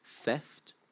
theft